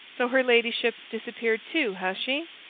so her ladyship's disappeared, too, has she?